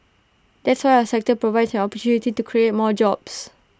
that's why our sector provides an opportunity to create more jobs